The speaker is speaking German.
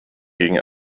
gegen